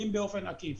ואם באופן עקיף.